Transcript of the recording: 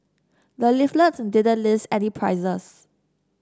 the leaflet didn't list any prices